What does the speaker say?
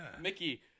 Mickey